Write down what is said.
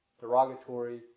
derogatory